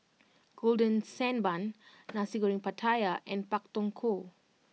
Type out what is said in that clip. Golden Sand Bun Nasi Goreng Pattaya and Pak Thong Ko